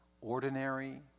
ordinary